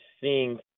seeing